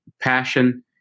passion